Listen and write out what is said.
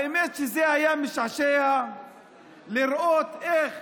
האמת היא שזה היה משעשע לראות איך